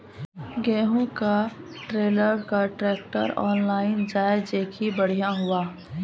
गेहूँ का trailer contractor online जाए जैकी बढ़िया हुआ